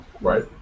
right